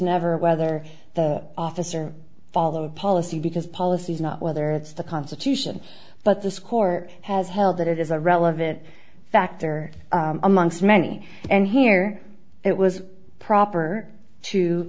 never whether the officer follow a policy because policy is not whether it's the constitution but this court has held that it is a relevant factor amongst many and here it was proper to